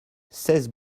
seize